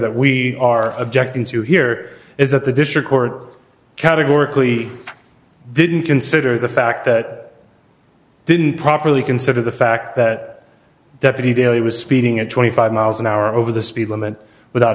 that we are objecting to here is that the district court categorically didn't consider the fact that didn't properly consider the fact that deputy daly was speeding at twenty five miles an hour over the speed limit without